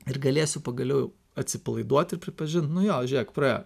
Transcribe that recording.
ir galėsiu pagaliau atsipalaiduot ir pripažint nu jo žiūrėk praėjo